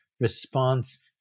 response